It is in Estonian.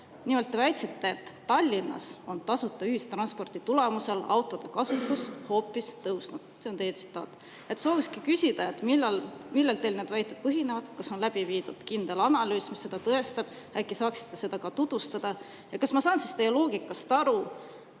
Nimelt, te väitsite, et Tallinnas on tasuta ühistranspordi tulemusel autode kasutus hoopis tõusnud. See on teie tsitaat. Soovingi küsida, et millel teil need väited põhinevad. Kas on läbi viidud kindel analüüs, mis seda tõestab? Äkki saaksite seda ka tutvustada? Ja kas ma saan teie loogikast